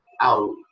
out